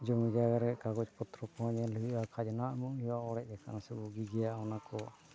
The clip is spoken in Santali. ᱡᱚᱢᱤ ᱡᱟᱭᱜᱟ ᱨᱮᱭᱟᱜ ᱠᱟᱜᱚᱡᱽ ᱯᱚᱛᱨᱚ ᱠᱚᱦᱚᱸ ᱧᱮᱞ ᱦᱩᱭᱩᱜᱼᱟ ᱠᱷᱟᱡᱽᱱᱟ ᱮᱢᱚᱜ ᱦᱩᱭᱩᱜᱼᱟ ᱚᱲᱮᱡ ᱟᱠᱟᱟᱱ ᱥᱮ ᱵᱩᱜᱤ ᱜᱮᱭᱟ ᱚᱱᱟ ᱠᱚ